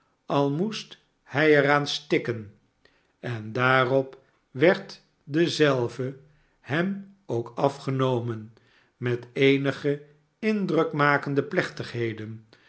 al moest hij er aan stikken en daarop werd dezelve hem ook afgenomen met eenige indrukmakende plechtigheden